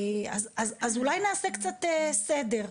אז אולי נעשה קצת סדר.